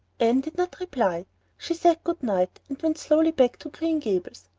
anne did not reply she said good night and went slowly back to green gables.